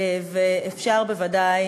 ואפשר בוודאי